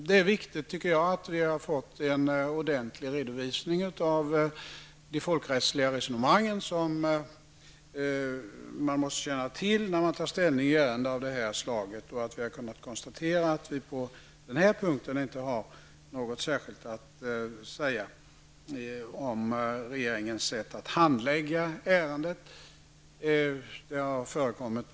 Det är viktigt att vi har fått en ordentlig redovisning av de folkrättsliga resonemang som man måste känna till när man tar ställning i ett ärende av detta slag. Vi har kunnat konstatera att vi på den här punkten inte har något särskilt att säga om regeringens sätt att handlägga ärendet.